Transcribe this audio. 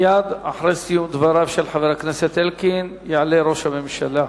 מייד אחרי סיום דבריו של חבר הכנסת אלקין יעלה ראש הממשלה.